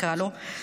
נקרא לו,